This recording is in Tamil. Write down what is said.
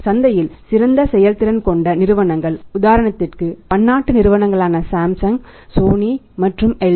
சந்தையில் சிறந்த செயல்திறன் கொண்ட நிறுவனங்கள உதாரணத்திற்கு பன்னாட்டு நிறுவனங்களான சாம்சங் சோனி மற்றும் எல்ஜி